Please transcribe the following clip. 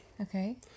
Okay